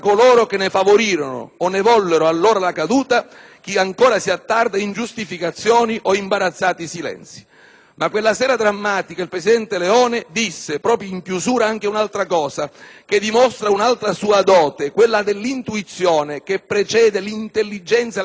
o ne vollero allora la caduta, chi ancora si attarda in giustificazioni o imbarazzati silenzi. Ma quella sera drammatica il presidente Leone disse, proprio in chiusura, anche un'altra cosa che dimostra un'ulteriore sua dote, quella dell'intuizione, che precede l'intelligenza e la comprensione dei fenomeni.